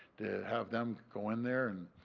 to have them go in there and